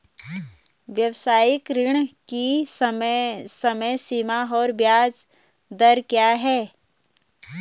व्यावसायिक ऋण की समय सीमा और ब्याज दर क्या है?